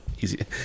Easy